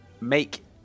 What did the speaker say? make